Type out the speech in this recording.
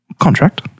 contract